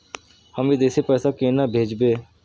हम विदेश पैसा केना भेजबे?